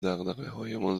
دغدغههایمان